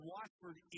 Watford